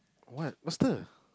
what faster